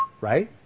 Right